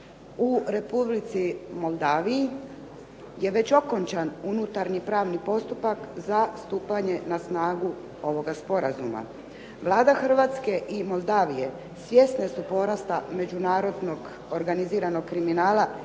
U Republici Moldovi je već okončan unutarnji pravni postupak za stupanje na snagu ovoga sporazuma. Vlada Hrvatske i Moldove svjesne su porasta međunarodnog organiziranog kriminala